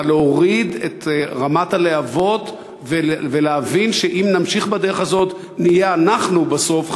אבל להוריד את רמת הלהבות ולהבין שאם נמשיך בדרך הזאת נהיה אנחנו בסוף,